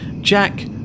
Jack